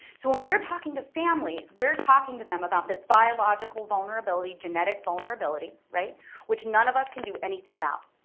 so when we're talking to families we're talking to them about this biological vulnerability genetic vulnerability right which none of us can do anything about.